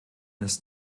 ist